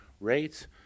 rates